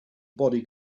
body